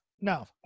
No